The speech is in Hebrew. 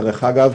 דרך אגב,